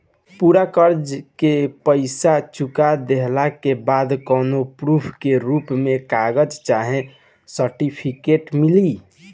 पूरा कर्जा के पईसा चुका देहला के बाद कौनो प्रूफ के रूप में कागज चाहे सर्टिफिकेट मिली?